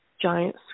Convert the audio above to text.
giant